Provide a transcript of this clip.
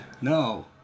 No